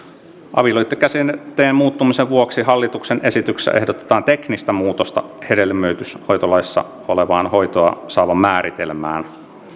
avioliitto käsitteen muuttumisen vuoksi hallituksen esityksessä ehdotetaan teknistä muutosta hedelmöityshoitolaissa olevaan hoitoa saavan määritelmään